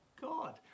God